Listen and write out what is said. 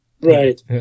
Right